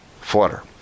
Flutter